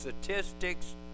statistics